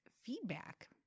feedback